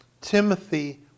Timothy